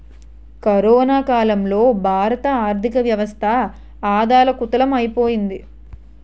corona కాలంలో భారత ఆర్థికవ్యవస్థ అథాలకుతలం ఐపోయింది